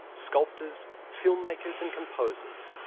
sculptors, filmmakers and composers